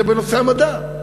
זה בנושא המדע,